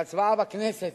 בהצבעה בכנסת